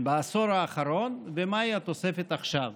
בעשור האחרון ומהי התוספת עכשיו.